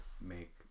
make